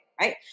right